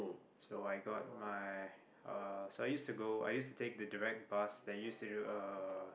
so I got my uh so I use to go I use to take the direct bus that use to be uh